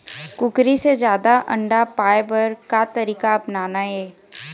कुकरी से जादा अंडा पाय बर का तरीका अपनाना ये?